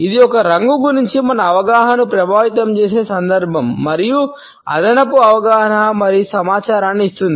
ఇది ఒక రంగు గురించి మన అవగాహనను ప్రభావితం చేసే సందర్భం మరియు అదనపు అవగాహన మరియు సమాచారాన్ని ఇస్తుంది